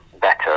better